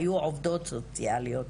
היו עובדות סוציאליות,